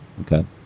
Okay